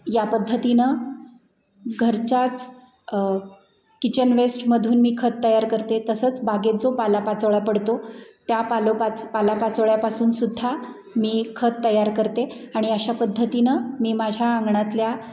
या पद्धतीनं घरच्याच किचन वेस्टमधून मी खत तयार करते तसंच बागेत जो पालापाचोळा पडतो त्या पालो पाच पालापाचोळ्यापासूनसुद्धा मी खत तयार करते आणि अशा पद्धतीनं मी माझ्या अंगणातल्या